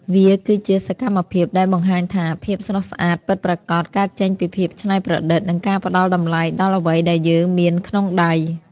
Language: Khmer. វាគឺជាសកម្មភាពដែលបង្ហាញថា ភាពស្រស់ស្អាតពិតប្រាកដ កើតចេញពីភាពច្នៃប្រឌិត និងការផ្ដល់តម្លៃដល់អ្វីដែលយើងមានក្នុងដៃ។